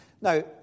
Now